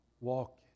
Walk